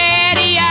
Daddy